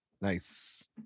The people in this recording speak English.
Nice